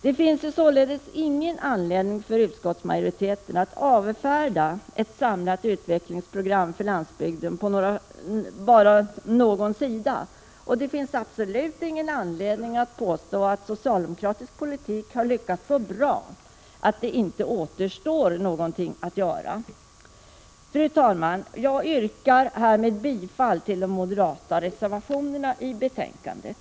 Det finns således ingen anledning för utskottsmajoriteten att avfärda förslag om ett samlat utvecklingsprogram för landsbygden med bara någon sida i betänkandet, och det finns absolut ingen anledning att påstå att socialdemokratisk politik har lyckats så bra att inget återstår att göra. Fru talman! Jag yrkar härmed bifall till de moderata reservationerna i betänkandet.